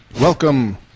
Welcome